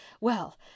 Well